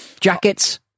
Jackets